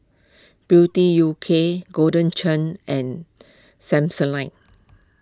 beauty U K Golden Churn and Samsonite